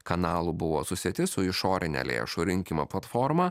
kanalų buvo susieti su išorine lėšų rinkimo platforma